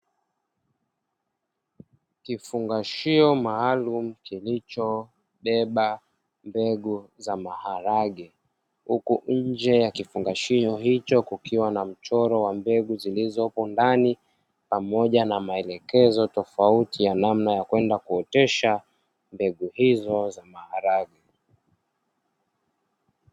Kifungashio maalumu kilichobeba mbegu za maharage, huku nje ya kifungashio hicho kukiwa na mchoro wa mbegu zilizopo ndani pamoja na maelekezo tofauti ya namna ya kwenda kuotesha mbegu hizo za maharage.